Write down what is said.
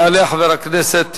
יעלה חבר הכנסת